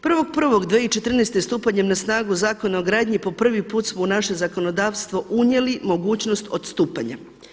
1.1.2014. stupanjem na snagu Zakona o gradnji po prvi put smo u naše zakonodavstvo unijeli mogućnost odstupanja.